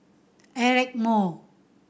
Eric Moo